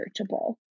searchable